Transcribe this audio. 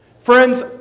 Friends